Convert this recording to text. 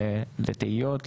לתהיות,